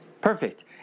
Perfect